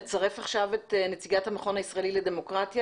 נצרף עכשיו את נציגת המכון הישראלי לדמוקרטיה,